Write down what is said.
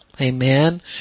Amen